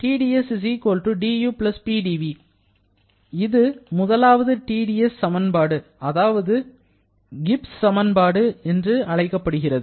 Tds du Pdv இது முதலாவது TdS சமன்பாடு அல்லது கிப்ஸ் சமன்பாடு என்று அழைக்கப்படுகிறது